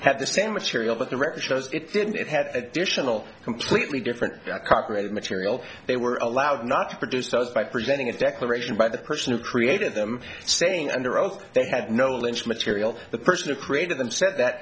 have the same material but the record shows it didn't it had additional completely different copyrighted material they were allowed not to produce to us by presenting a declaration but the person who created them saying under oath they had no lynch material the person who created them said that